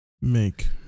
Make